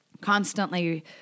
constantly